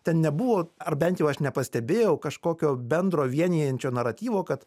ten nebuvo ar bent jau aš nepastebėjau kažkokio bendro vienijančio naratyvo kad